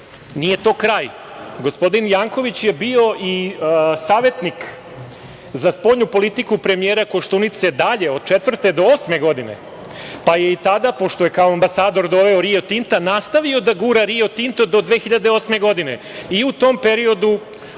nije to kraj. Gospodin Janković je bio i savetnik za spoljnu politiku premijera Koštunice od 2004. do 2008. godine, pa je i tada, pošto je kao ambasador doveo „Rio Tinto“, nastavio da gura „Rio Tinto“ do 2008. godine i u tom periodu